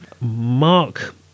Mark